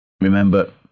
remember